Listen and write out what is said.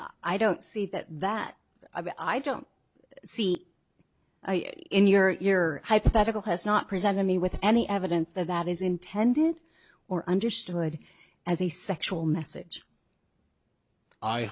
am i don't see that that i don't see in your hypothetical has not presented me with any evidence that that is intended or understood as a sexual message i